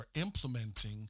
implementing